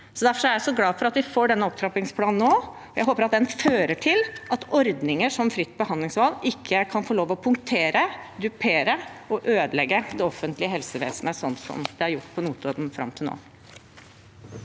Derfor er jeg glad for at vi får denne opptrappingsplanen nå. Jeg håper at den fører til at ordninger som fritt behandlingsvalg ikke kan få lov til å punktere, dupere og ødelegge det offentlige helsevesenet, sånn som det er gjort på Notodden fram til nå.